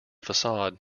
facade